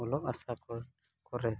ᱚᱞᱚᱜ ᱟᱥᱲᱟ ᱠᱚᱨᱮ